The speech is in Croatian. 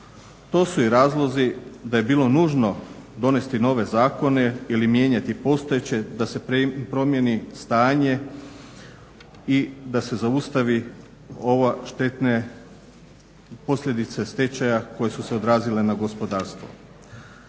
To su i razlozi da je bilo nužno donesti nove zakone ili mijenjati postojeće da se promijeni stanje i da se zaustavi ove štetne posljedice stečaja koje su se odrazile na gospodarstvo.